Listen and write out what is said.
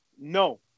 No